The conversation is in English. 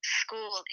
school